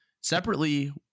separately